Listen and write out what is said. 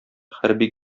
хәрби